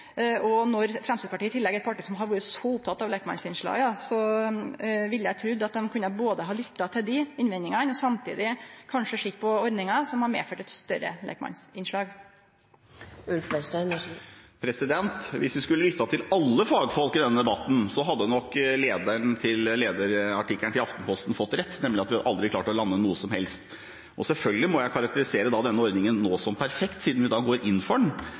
heldige. Når Framstegspartiet i tillegg er eit parti som har vore så oppteke av lekmannsinnslaget, ville eg trudd at dei kunne ha både lytta til dei innvendingane og samtidig kanskje sett på ordningar som hadde medført eit større lekmannsinnslag. Hvis vi skulle lyttet til alle fagfolk i denne debatten, hadde nok lederen til Aftenposten fått rett, nemlig at vi aldri hadde klart å lande noe som helst. Og selvfølgelig må jeg nå karakterisere denne ordningen som perfekt, siden vi går inn for den.